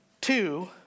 two